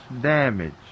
damage